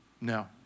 No